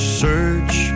search